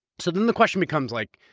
so then the question becomes like,